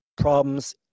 problems